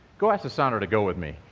go ask lasandra to go with me.